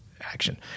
action